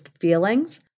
feelings